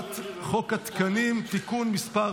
חוק התקנים (תיקון מס'